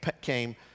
came